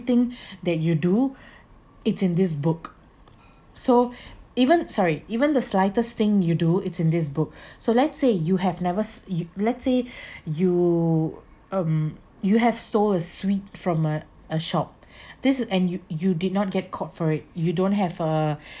everything that you do it's in this book so even sorry even the slightest thing you do is in this book so let's say you have never s~ you let's say you um you have stole a sweet from a a shop this and you you did not get caught for it you don't have a